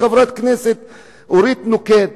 חברת כנסת אורית נוקד,